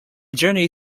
journey